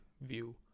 view